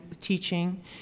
teaching